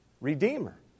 redeemer